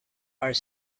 are